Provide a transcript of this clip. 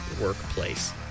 workplace